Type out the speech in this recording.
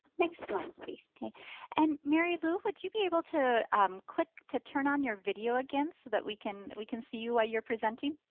next slide please. okay and mary lou, would you able to um click to turn on your video again so that we can we can see you while you're presenting?